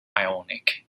ionic